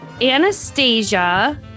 Anastasia